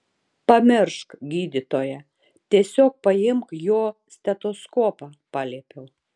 pamiršk gydytoją tiesiog paimk jo stetoskopą paliepiau